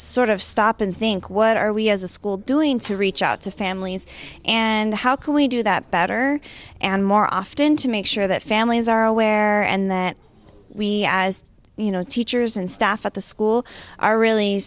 sort of stop and think what are we as a school doing to reach out to families and how can we do that better and more often to make sure that families are aware and that we as you know teachers and staff at the school are really